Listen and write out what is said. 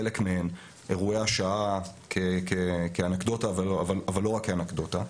חלק מהן אירועי השעה כאנקדוטה אבל לא רק כאנקדוטה,